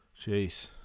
Jeez